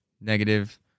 negative